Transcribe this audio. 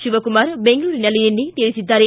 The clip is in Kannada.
ಶಿವಕುಮಾರ್ ಬೆಂಗಳೂರಿನಲ್ಲಿ ನಿನ್ನೆ ತಿಳಿಸಿದ್ದಾರೆ